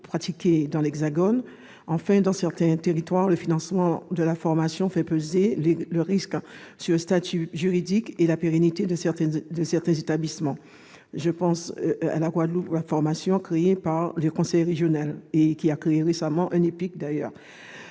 pratiqués dans l'Hexagone. Enfin, dans certains territoires, le financement de la formation fait peser des risques sur le statut juridique et la pérennité de certains établissements : je pense à Guadeloupe Formation, créé par le conseil régional et récemment transformé